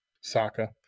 Saka